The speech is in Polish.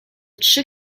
trzy